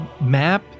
map